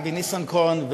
לאבי ניסנקורן,